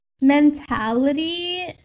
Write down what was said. mentality